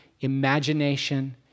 imagination